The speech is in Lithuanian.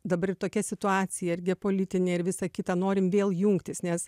dabar tokia situacija irgi politinė ir visą kitą norim vėl jungtis nes